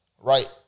Right